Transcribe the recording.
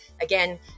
Again